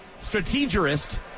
strategist